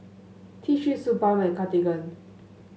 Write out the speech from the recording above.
T Three Suu Balm and Cartigain